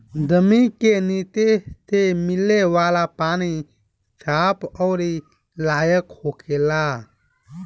जमीन के निचे से मिले वाला पानी साफ अउरी पिए लायक होखेला